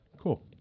Cool